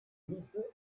hilfe